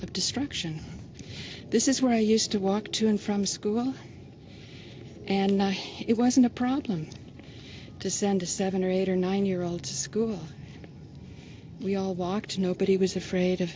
of destruction this is where i used to walk to and from school and it wasn't a problem to send a seven or eight or nine year old we all walked nobody was afraid of